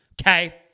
okay